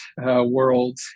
world